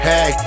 Hey